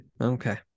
okay